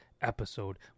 episode